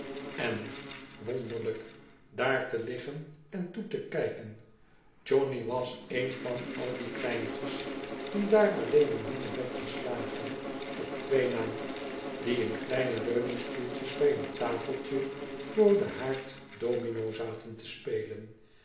n wonderlijk daar te liggen en toe te kijken johnny was een van al die kleintjes die daar allen in hunne bedjes lagen op twee na die in kleine leuningstoeltjes bij een tafeltje voor den haard domino zaten te spelen